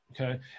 Okay